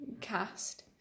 cast